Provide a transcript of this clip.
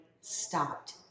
stopped